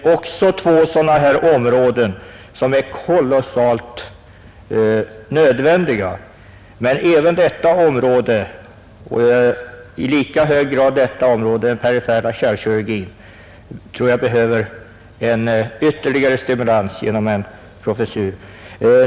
Även det är kolossalt viktiga områden. Men i lika hög grad behövs inom den perifera kärlkirurgin en ytterligare stimulans genom en professur.